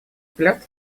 взгляд